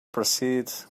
proceed